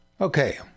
okay